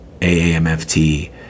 AAMFT